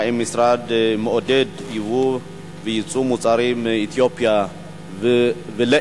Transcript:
האם המשרד מעודד ייבוא וייצוא של מוצרים מאתיופיה ולאתיופיה?